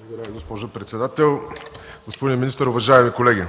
Благодаря, госпожо председател. Господин министър, уважаеми колеги!